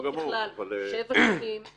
קוצב